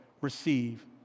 receive